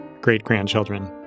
great-grandchildren